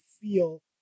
feel